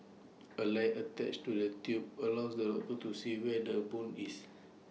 A light attached to the tube allows the dog to see where the bone is